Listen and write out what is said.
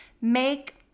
make